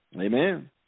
Amen